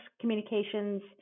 communications